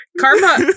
Karma